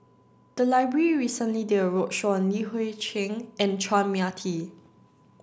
the library recently did a roadshow on Li Hui Cheng and Chua Mia Tee